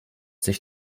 sich